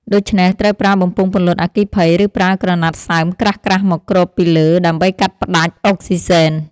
ដូច្នេះត្រូវប្រើបំពង់ពន្លត់អគ្គីភ័យ ឬប្រើក្រណាត់សើមក្រាស់ៗមកគ្របពីលើដើម្បីកាត់ផ្ដាច់អុកស៊ីសែន។